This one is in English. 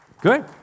Good